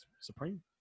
Supreme